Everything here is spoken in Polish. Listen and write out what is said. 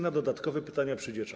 Na dodatkowe pytania przyjdzie czas.